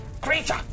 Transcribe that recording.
creature